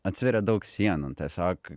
atsiveria daug sienų tiesiog